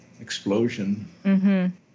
explosion